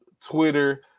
Twitter